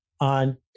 on